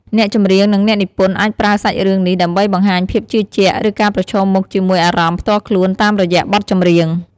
អ្នកចម្រៀង និងអ្នកនិពន្ធអាចប្រើសាច់រឿងនេះដើម្បីបង្ហាញភាពជឿជាក់ ឬការប្រឈមមុខជាមួយអារម្មណ៍ផ្ទាល់ខ្លួនតាមរយៈបទចម្រៀង។